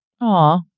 Aw